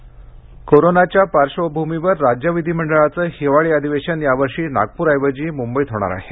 अधिवेशन कोरोनाच्या पार्श्वभूमीवर राज्य विधिमंडळाचं हिवाळी अधिवेशन यावर्षी नागपूरऐवजी मुंबईत होणार आहे